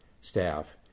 staff